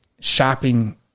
shopping